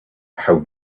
how